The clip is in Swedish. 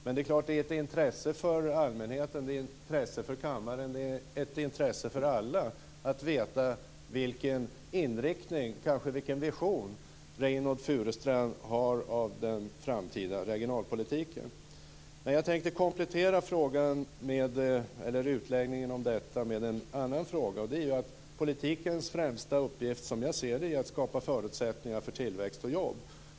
Men det är klart att det är av intresse för allmänheten, för kammaren och för alla att få veta vilken inriktning och kanske vilken vision som Reynoldh Furustrand har när det gäller den framtida regionalpolitiken. Jag tänkte komplettera utläggningen om detta med en annan fråga. Politikens främsta uppgift, som jag ser det, är att skapa förutsättningar för tillväxt och jobb.